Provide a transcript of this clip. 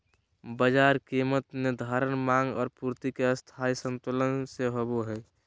बाजार कीमत निर्धारण माँग और पूर्ति के स्थायी संतुलन से होबो हइ